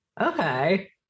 Okay